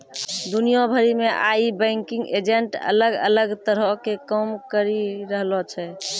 दुनिया भरि मे आइ बैंकिंग एजेंट अलग अलग तरहो के काम करि रहलो छै